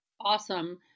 Awesome